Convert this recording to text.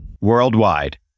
Worldwide